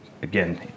Again